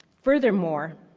furthermore.